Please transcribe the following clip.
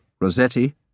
Rossetti